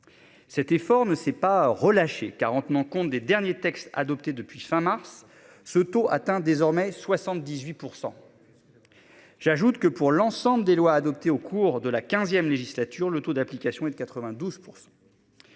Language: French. Cet effort ne s'est pas relâchée 40 n'en compte des derniers textes adoptés depuis fin mars, ce taux atteint désormais 78%. J'ajoute que pour l'ensemble des lois adoptées au cours de la XVe législature, le taux d'application et de 92%.